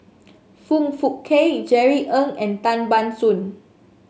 Foong Fook Kay Jerry Ng and Tan Ban Soon